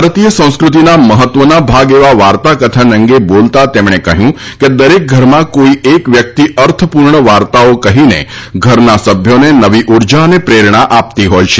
ભારતીય સંસ્ક્રતિના મહત્વના ભાગ એવા વાર્તાકથન અંગે બોલતા તેમણે કહ્યું કે દરેક ઘરમાં કોઈ એક વ્યક્તિ અર્થપૂર્ણ વાર્તાઓ કહીને ઘરના સભ્યોને નવી ઉર્જા અને પ્રેરણા આપતી હોય છે